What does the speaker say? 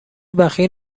بخیل